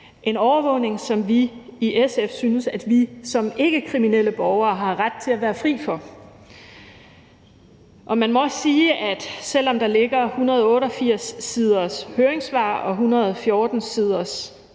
En overvågning, som vi i SF synes at man som ikkekriminel borger har ret til at være fri for. Og man må også sige, at selv om der ligger 188 siders høringssvar og et 114 siders